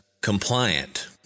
compliant